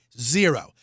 Zero